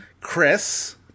Chris